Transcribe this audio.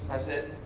press it.